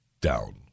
down